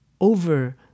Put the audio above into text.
over